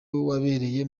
wabereye